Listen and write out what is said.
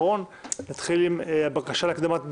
נתחיל עם הבקשה להקדמת דיון.